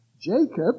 Jacob